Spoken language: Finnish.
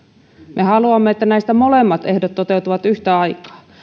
me haluamme että näistä molemmat ehdot toteutuvat yhtä aikaa